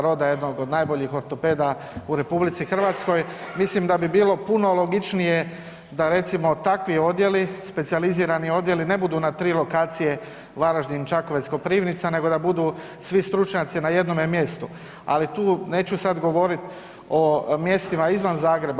Roda jednog od najboljih ortopeda u RH, mislim da bi bilo puno logičnije da recimo takvi odjeli, specijalizirani odjeli ne budu na tri lokacije Varaždin, Čakovec, Koprivnica, nego da budu svi stručnjaci na jednome mjestu, ali tu neću sad govoriti o mjestima izvan Zagreba.